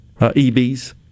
EBs